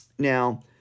Now